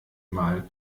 mal